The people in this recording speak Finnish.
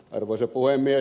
arvoisa puhemies